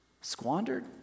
squandered